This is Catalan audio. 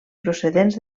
procedents